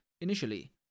initially